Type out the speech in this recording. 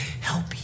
Help